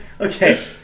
Okay